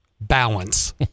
Balance